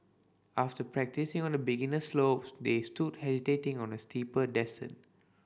after practising on the beginner slopes they stood hesitating on the steeper descent